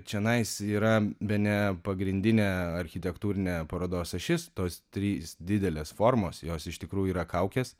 čionais yra bene pagrindinė architektūrinė parodos ašis tos trys didelės formos jos iš tikrųjų yra kaukės